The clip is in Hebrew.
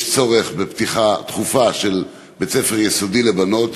יש צורך בפתיחה דחופה של בית-ספר יסודי לבנות.